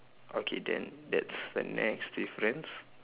okay then that's the next difference